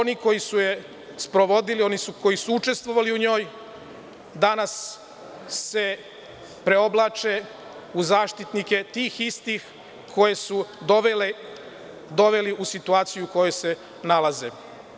Oni koji su je sprovodili, oni koji su učestvovali u njoj, danas se preoblače u zaštitnike tih istih koje su doveli u situaciju u kojoj se nalaze.